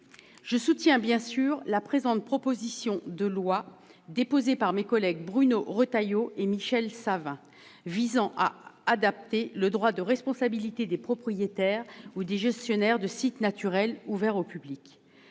Je soutiens bien sûr la présente proposition de loi, déposée par mes collègues Bruno Retailleau et Michel Savin, visant à adapter le droit de responsabilité des propriétaires ou des gestionnaires de sites naturels ouverts au public.